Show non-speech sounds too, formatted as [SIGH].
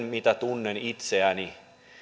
[UNINTELLIGIBLE] mitä tunnen itseäni